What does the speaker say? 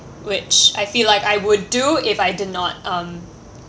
which I feel like I would do if I did not um